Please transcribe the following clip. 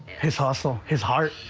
his hustle, his heart,